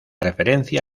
referencia